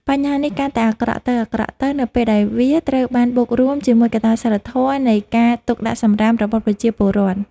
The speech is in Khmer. បញ្ហានេះកាន់តែអាក្រក់ទៅៗ នៅពេលដែលវាត្រូវបានបូករួមជាមួយកត្តាសីលធម៌នៃការទុកដាក់សំរាមរបស់ប្រជាពលរដ្ឋ។